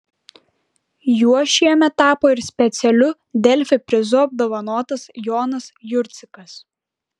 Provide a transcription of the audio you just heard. juo šiemet tapo ir specialiu delfi prizu apdovanotas jonas jurcikas